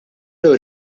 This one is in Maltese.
ewwel